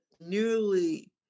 nearly